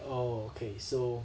oo okay so